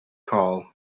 call